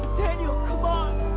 daniel, come on.